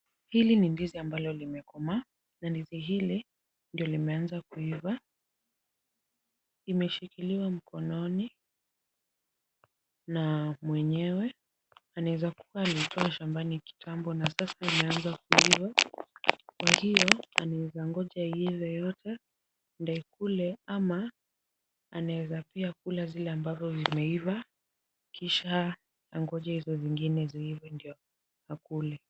Hili ni ndizi ambalo limekomaa, na ndizi hili ndivyo limeanza kuiva, limeshikiliwa mkononi na mwenyewe, anaweza kuwa alitoa shambani kitambo na sasa imeanza kuiva, kwa hivyo anaweza ingoja iive yote ndivyo akule ama anaweza kula vile ambavyo vimeiva kisha angoje hizo zingine ziive ndivyo akule.